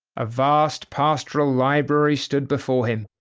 a vast pastoral library stood before him,